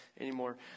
anymore